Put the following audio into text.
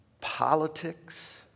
politics